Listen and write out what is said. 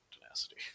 tenacity